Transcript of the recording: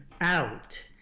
out